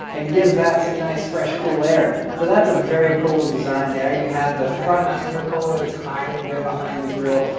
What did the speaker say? and gives that some nice, fresh, cool air. so, that's a very cool design, there and you have the front mount intercooler that's hiding, there, behind the grille.